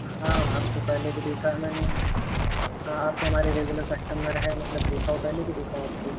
हाँ आपको पहले भी देखा है मैंने हाँ आप तो हमारे रेगुलर कस्टमर है मतलब देखा हो पहले भी देखा हो आपको